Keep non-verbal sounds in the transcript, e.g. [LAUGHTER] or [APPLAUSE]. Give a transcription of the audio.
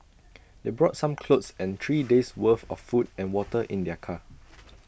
[NOISE] they brought some clothes and three days' worth of food and water in their car [NOISE]